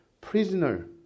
prisoner